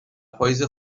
پاییز